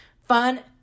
Fun